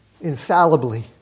infallibly